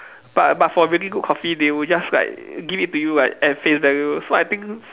but but for really good coffee they will just like give it to you like at face value so I think